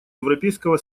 европейского